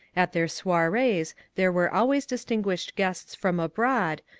at their soirees there were always distinguished guests from abroad,